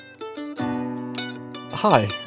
Hi